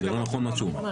זה לא נכון מה שהוא אומר.